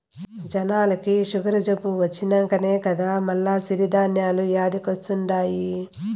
జనాలకి సుగరు జబ్బు వచ్చినంకనే కదా మల్ల సిరి ధాన్యాలు యాదికొస్తండాయి